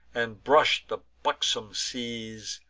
and brush the buxom seas,